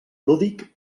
lúdic